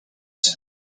soon